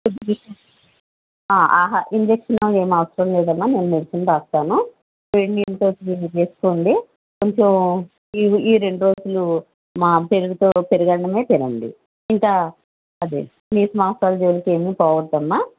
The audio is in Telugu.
ఆ ఆహా ఇంజెక్షను ఏం అవసరం లేదమ్మా నేను మెడిసిన్ రాస్తాను వేడి నీళ్ళతో దీన్ని వేసుక్కోండి కొంచెం ఈ ఈ రెండు రోజులు మాం పెరుగుతో పెరుగు అన్నమే తినండి ఇంకా అదే నీచు మాంసాలు జోలికి ఏమి పోవద్దమ్మా